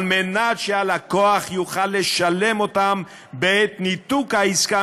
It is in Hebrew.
כדי שהלקוח יוכל לשלם אותם בעת ניתוק העסקה